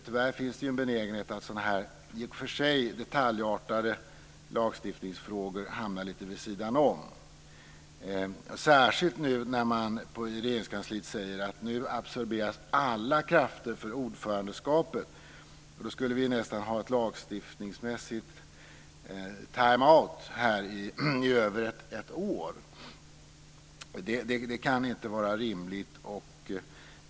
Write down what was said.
Tyvärr finns det en benägenhet att sådana här i och för sig detaljartade lagstiftningsfrågor hamnar lite vid sidan om, särskilt nu när man i Regeringskansliet säger att alla krafter nu absorberas för ordförandeskapet. Då skulle vi nästan ha lagstiftningsmässig time-out här i över ett år - och det kan inte vara rimligt.